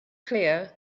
clear